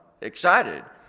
excited